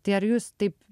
tai ar jūs taip